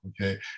okay